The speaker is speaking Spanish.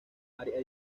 área